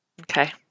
Okay